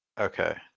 Okay